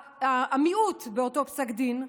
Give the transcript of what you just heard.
המיעוט באותו פסק דין,